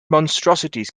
monstrosities